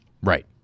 Right